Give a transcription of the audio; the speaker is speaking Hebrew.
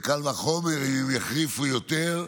וקל וחומר אם הם יחריפו יותר,